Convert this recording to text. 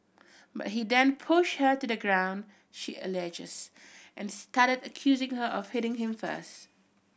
but he then pushed her to the ground she alleges and started accusing her of hitting him first